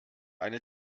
eine